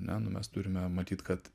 ne nu mes turime matyt kad